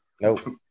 Nope